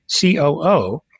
COO